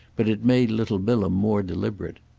but it made little bilham more deliberate.